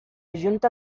junta